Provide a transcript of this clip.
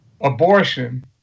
abortion